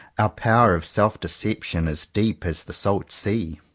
our power of self-deception is deep as the salt sea.